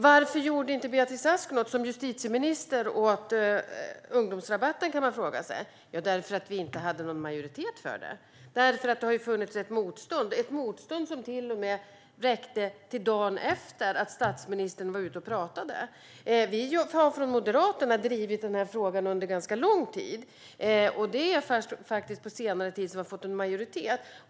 Varför gjorde inte Beatrice Ask något åt ungdomsrabatten som justitieminister, kan man fråga sig. Jo, därför att vi inte hade någon majoritet för det. Det har funnits ett motstånd som till och med räckte till dagen efter det att statsministern var ute och pratade. Vi har från Moderaterna drivit denna fråga under ganska lång tid, och det är faktiskt på senare tid som vi har fått en majoritet för detta.